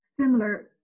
similar